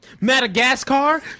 Madagascar